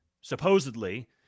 supposedly